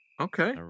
Okay